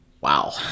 wow